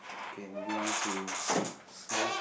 okay moving on to s~ small